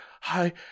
hi